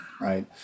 right